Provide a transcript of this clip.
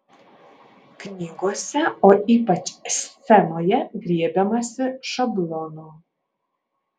knygose o ypač scenoje griebiamasi šablono